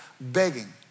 begging